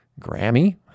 Grammy